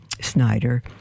Snyder